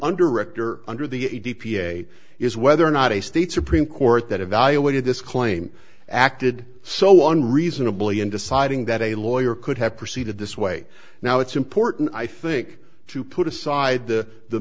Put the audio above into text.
under rector under the a d p a is whether or not a state supreme court that evaluated this claim acted so on reasonably in deciding that a lawyer could have proceeded this way now it's important i think to put aside the the